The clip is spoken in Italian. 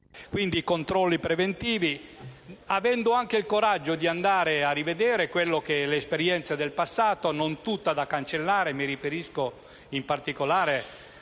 controlli preventivi avendo anche il coraggio di andare a rivedere l'esperienza del passato, non tutta da cancellare: mi riferisco, in particolare,